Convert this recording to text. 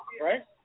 right